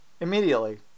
immediately